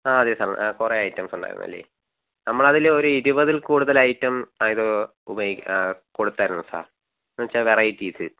ആ അതെ സാർ കുറേ ഐറ്റംസ് ഉണ്ടായിരുന്നു അല്ലേ നമ്മൾ അതിൽ ഒരു ഇരുപതിൽ കൂടുതൽ ഐറ്റം ഉപയി കൊടുത്തിരുന്നു സാർ എന്നുവെച്ചാൽ വെറൈറ്റീസ്